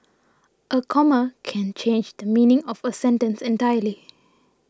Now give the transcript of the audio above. a comma can change the meaning of a sentence entirely